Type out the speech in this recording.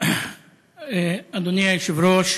אדוני היושב-ראש,